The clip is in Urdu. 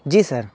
جی سر